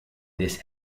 this